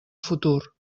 futur